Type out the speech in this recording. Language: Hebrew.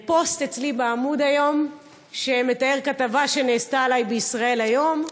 אצלי בעמוד פוסט שמתאר כתבה עלי שנעשתה ב"ישראל היום".